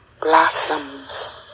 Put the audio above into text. blossoms